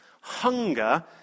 Hunger